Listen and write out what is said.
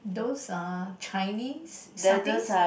those uh Chinese satays